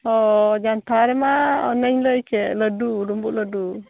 ᱚᱻ ᱡᱟᱱᱛᱷᱟᱲ ᱢᱟ ᱚᱱᱮᱧ ᱞᱟᱹᱭ ᱠᱮᱫ ᱞᱟᱹᱰᱩ ᱰᱩᱸᱵᱩᱜ ᱞᱟᱹᱰᱩ